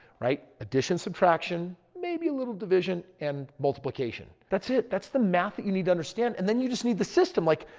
right? addition, subtraction. maybe a little division and multiplication. that's it, that's the math that you need to understand. and then you just need the system like,